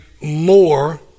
more